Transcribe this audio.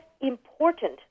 important